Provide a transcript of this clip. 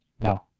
No